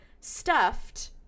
stuffed